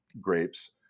grapes